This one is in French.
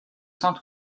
saint